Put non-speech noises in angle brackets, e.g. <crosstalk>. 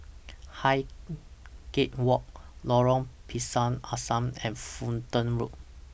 <noise> Highgate Walk Lorong Pisang Asam and Fulton Road